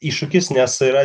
iššūkis nes yra